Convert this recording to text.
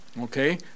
Okay